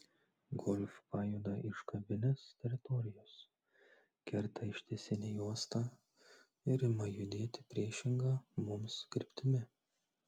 golf pajuda iš kavinės teritorijos kerta ištisinę juostą ir ima judėti priešinga mums kryptimi